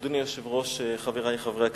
אני, אדוני היושב-ראש, חברי חברי הכנסת,